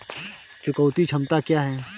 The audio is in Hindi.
चुकौती क्षमता क्या है?